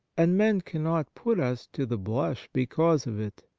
and men cannot put us to the blush because of it.